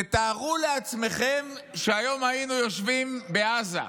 תתארו לעצמכם שהיום היינו יושבים בעזה.